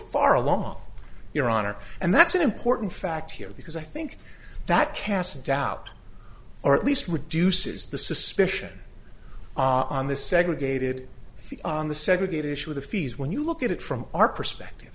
far along your honor and that's an important fact here because i think that casts doubt or at least reduces the suspicion on the segregated on the segregated issue of the fees when you look at it from our perspective